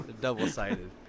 Double-sided